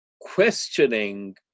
questioning